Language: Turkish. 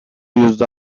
yüzde